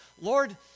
Lord